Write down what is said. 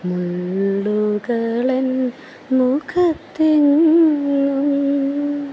മുള്ളുകൾ എൻ മുഖത്തെങ്ങും